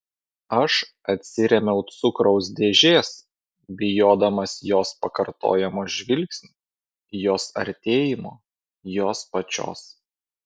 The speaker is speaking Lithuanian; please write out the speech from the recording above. aš atsirėmiau cukraus dėžės bijodamas jos pakartojamo žvilgsnio jos artėjimo jos pačios